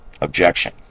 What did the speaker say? objection